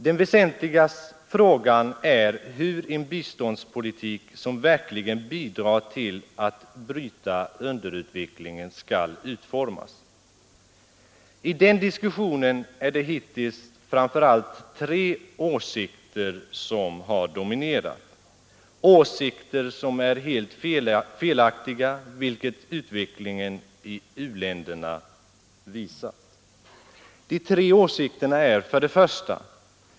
Den väsentliga frågan är hur en biståndspolitik som verkligen bidrar till att bryta underutvecklingen skall utformas. I den diskussionen är det hittills framför allt tre åsikter som har dominerat, åsikter som är helt felaktiga, vilket utvecklingen i u-länderna visat. De tre åsikterna är: 1.